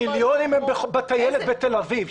המיליונים הם בטיילת בתל אביב.